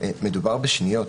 מדובר בשניות.